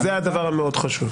זה הדבר המאוד חשוב.